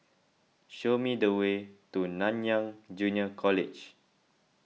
show me the way to Nanyang Junior College